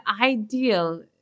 ideal